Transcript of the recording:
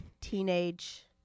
teenage